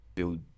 build